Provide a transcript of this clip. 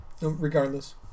regardless